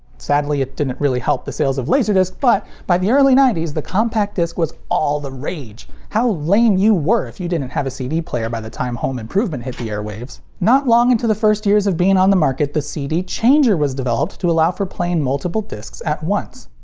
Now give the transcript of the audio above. sadly it didn't really help the sales of laserdisc, but by the early nineties, the compact disc was all the rage. how lame you were if you didn't have a cd player by the time home improvement hit the airwaves. not long into the first years of being on the market, the cd changer was developed to allow for playing multiple discs at once.